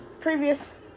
previous